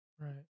Right